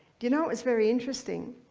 do you know it was very interesting